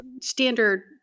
standard